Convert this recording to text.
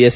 S